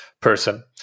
person